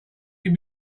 him